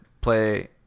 play